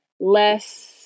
less